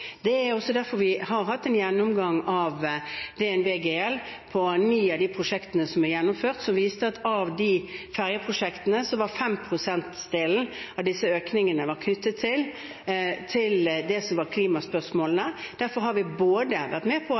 Det er også derfor vi har hatt en gjennomgang fra DNV GL av ni av de prosjektene som er gjennomført. Den viste at av de fergeprosjektene var 5 pst. av disse økningene knyttet til det som var klimaspørsmålene. Derfor har vi vært med på